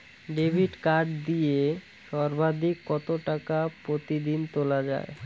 Debit card দিয়ে সর্বাধিক কত টাকা প্রতিদিন তোলা য়ায়?